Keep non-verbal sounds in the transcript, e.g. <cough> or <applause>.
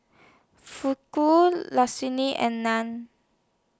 Fugu <unintelligible> and Naan